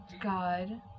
God